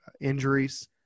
injuries